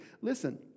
Listen